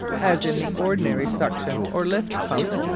as in the ordinary suction or lift pump.